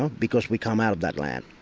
um because we come out of that land.